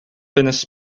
finished